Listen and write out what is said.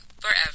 Forever